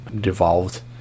devolved